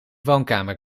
woonkamer